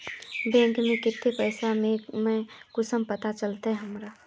Bank में केते पैसा है ना है कुंसम पता चलते हमरा?